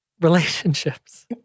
relationships